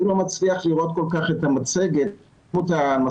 באמת שוב, תודות.